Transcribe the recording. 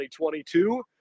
2022